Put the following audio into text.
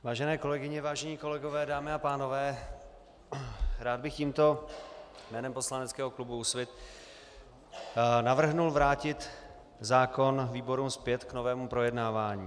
Vážené kolegyně, vážení kolegové, dámy a pánové, rád bych tímto jménem poslaneckého klubu Úsvit navrhl vrátit zákon výborům zpět k novému projednávání.